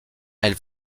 elle